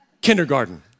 kindergarten